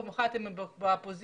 במיוחד אם הם באופוזיציה,